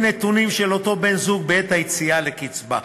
הנתונים של אותו בן-זוג בעת היציאה לקצבה.